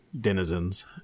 denizens